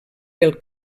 pel